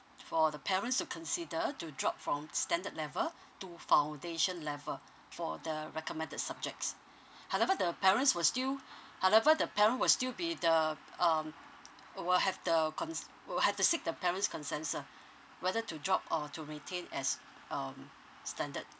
for the parents to consider to drop from standard level to foundation level for the recommended subjects however the parents will still however the parent will still be the um will have the cons~ will have to seek the parents' consents ah whether to drop or to retain as um standard